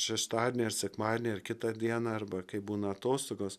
šeštadienį ar sekmadienį ar kitą dieną arba kai būna atostogos